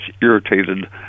irritated